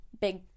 big